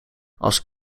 als